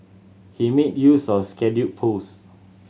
he made use of scheduled post